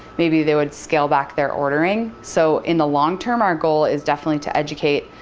maybe they would scale back their ordering, so in the long-term, our goal is definitely to educate,